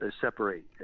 separate